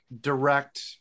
direct